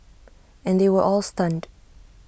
and they were all stunned